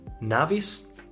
navis